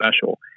special